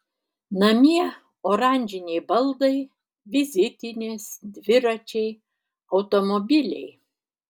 namie oranžiniai baldai vizitinės dviračiai automobiliai